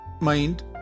mind